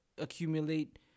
accumulate